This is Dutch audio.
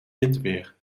winterweer